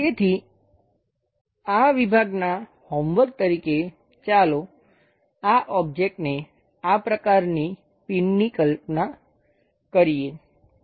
તેથી આ વિભાગના હોમવર્ક તરીકે ચાલો આ ઓબ્જેક્ટને આ પ્રકારની પિનની કલ્પના કરીએ